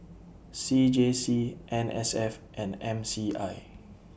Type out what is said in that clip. C J C N S F and M C I